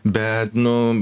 bet nu